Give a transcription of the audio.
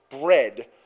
bread